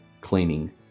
cleaning